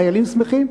חיילים שמחים.